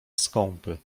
skąpy